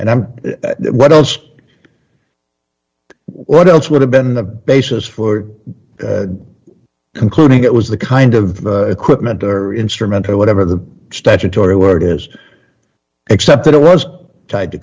and i'm what else what else would have been the basis for concluding it was the kind of equipment or instrument or whatever the statutory word is except that it was tied to